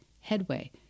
headway